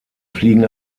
fliegen